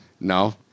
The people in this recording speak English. No